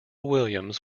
williams